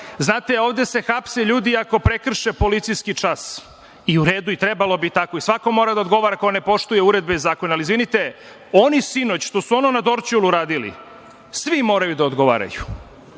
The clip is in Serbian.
ovde se hapse ljudi ako prekrše policijski čas. I u redu, treba tako i svako mora da odgovara ko ne poštuje uredbe i zakone. Ali, izvinite, oni sinoć što su ono na Dorćolu radili, svi moraju da odgovaraju.